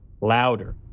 louder